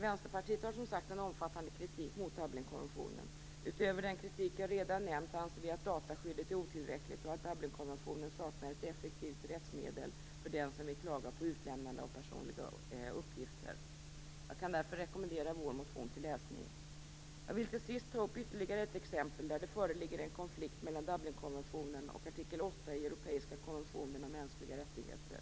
Vänsterpartiet riktar, som sagt, en omfattande kritik mot Dublinkonventionen. Utöver den kritik jag redan nämnt anser vi att dataskyddet är otillräckligt och att Dublinkonventionen saknar ett effektivt rättsmedel för den som vill klaga på utlämnande av personliga uppgifter. Jag kan därför rekommendera vår motion till läsning. Jag vill till sist ta upp ytterligare ett exempel där det föreligger en konflikt mellan Dublinkonventionen och artikel 8 i europeiska konventionen om mänskliga rättigheter.